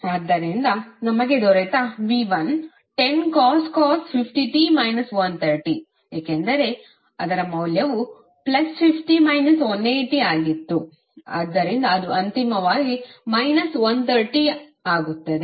ಆದ್ದರಿಂದ ನಮಗೆ ದೊರೆತ v1 10cos 50t 130 ಏಕೆಂದರೆ ಅದರ ಮೌಲ್ಯವು 50 180 ಆಗಿತ್ತು ಆದ್ದರಿಂದ ಅದು ಅಂತಿಮವಾಗಿ 130 ಆಗುತ್ತದೆ